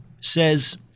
says